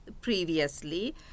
previously